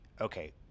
okay